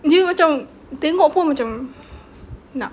dia macam tengok pun macam nak